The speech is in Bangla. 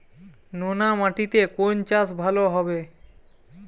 নোনা মাটিতে কোন চাষ ভালো হবে?